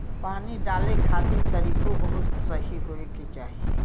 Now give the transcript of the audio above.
पानी डाले खातिर तरीकों बहुते सही होए के चाही